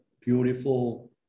beautiful